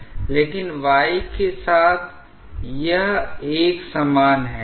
तो अपेक्षाकृत कम लंबाई में यह उपकरण पाइप के साथ संविलीन हो जाएगा